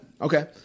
okay